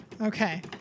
Okay